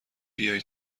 بیای